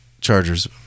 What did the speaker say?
Chargers